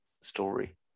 story